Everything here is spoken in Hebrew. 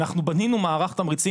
אנחנו בנינו מערך תמריצי,